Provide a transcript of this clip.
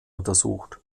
untersucht